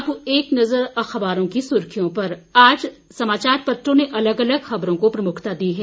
अब एक नजर अखबारों की सुर्खियों पर आज समाचार पत्रों ने अलग अलग खबरों को प्रमुखता दी है